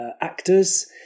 actors